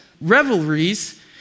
revelries